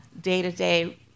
day-to-day